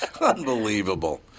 Unbelievable